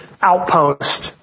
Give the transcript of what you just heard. outpost